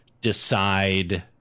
decide